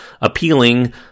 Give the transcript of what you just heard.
appealing